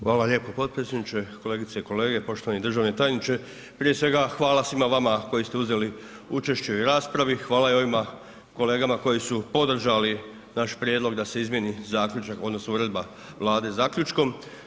Hvala lijepo potpredsjedniče, kolegice i kolege, poštovani državni tajniče, prije svega, hvala svima vama koji ste uzeli učešće u ovoj raspravi, hvala i ovima kolegama koji su podržali naš prijedlog da se izmijeni zaključak odnosno uredba Vlade zaključkom.